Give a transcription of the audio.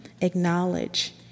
Acknowledge